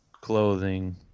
Clothing